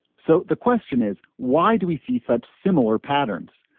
so the question is why do we see such similar patterns.